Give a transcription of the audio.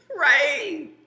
Right